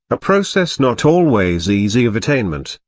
a process not always easy of attainment,